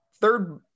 third